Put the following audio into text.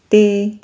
ਅਤੇ